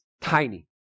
tiny